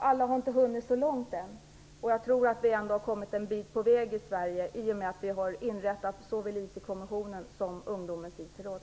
Alla har inte hunnit så långt än, och jag tror att vi ändå har kommit en bit på väg i Sverige i och med att vi har inrättat såväl IT-kommissionen som Ungdomens IT-råd.